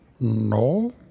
No